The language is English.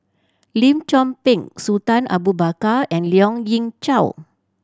Lim Chor Pee Sultan Abu Bakar and Lien Ying Chow